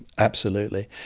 absolutely.